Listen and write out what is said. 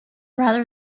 rather